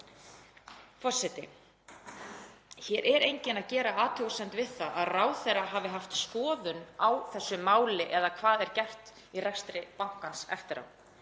Forseti. Hér er enginn að gera athugasemd við það að ráðherra hafi haft skoðun á þessu máli eða á því sem er gert í rekstri bankans eftir á.